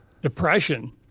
depression